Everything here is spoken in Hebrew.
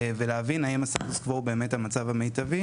ולהבין האם הסטטוס קוו הוא באמת המצב המיטבי?